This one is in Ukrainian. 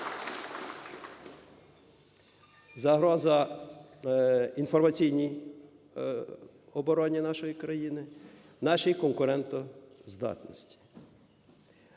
...загроза інформаційній обороні нашої країни, нашій конкурентоздатності.